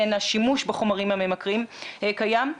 בין השימוש בחומרים הממכרים קיים.